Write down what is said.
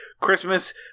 Christmas